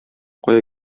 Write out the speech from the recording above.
кая